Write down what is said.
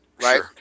right